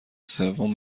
سوم